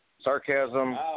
sarcasm